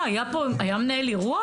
מה, היה מנהל אירוע?